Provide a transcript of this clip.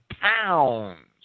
pounds